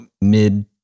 mid